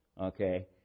Okay